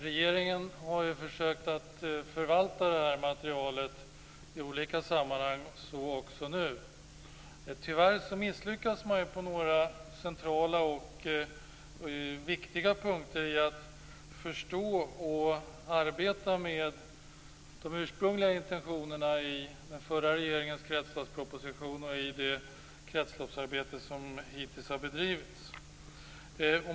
Regeringen har försökt att förvalta det här materialet i olika sammanhang, så också nu. Tyvärr misslyckas man på några centrala och viktiga punkter med att förstå och arbeta med de ursprungliga intentionerna i den förra regeringens kretsloppsproposition och i det kretsloppsarbete som hittills har bedrivits.